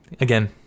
again